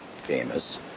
famous